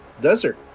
Desert